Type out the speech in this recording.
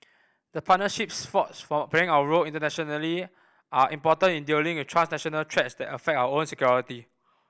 the partnerships forged from playing our role internationally are important in dealing with transnational threats that affect our own security